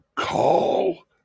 call